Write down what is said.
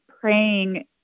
praying